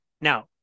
now